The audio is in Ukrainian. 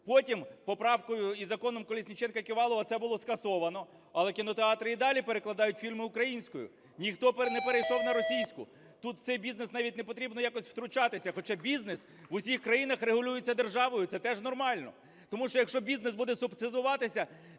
Потім поправкою і "законом Колесніченка-Ківалова" це було скасовано, але кінотеатри і далі перекладають фільми українською, ніхто не перейшов на російську. Тут у цей бізнес не потрібно навіть якось втручатися, хоча бізнес в усіх країнах регулюється державою, це теж нормально. Тому що, якщо бізнес буде субсидіюватися